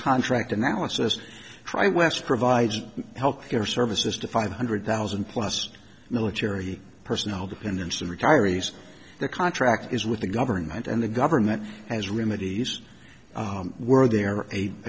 contract analysis try west provides health care services to five hundred thousand plus military personnel dependents of retirees the contract is with the government and the government has room of these were there a